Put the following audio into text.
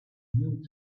knew